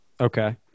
Okay